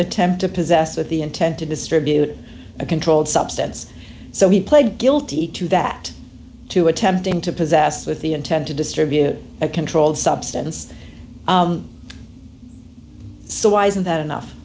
attempt to possess with the intent to distribute a controlled substance so he pled guilty to that to attempting to possess with the intent to distribute a controlled substance so why isn't that enough